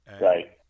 Right